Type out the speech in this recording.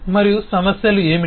మరియు సమస్యలు ఏమిటి